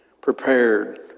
prepared